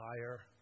higher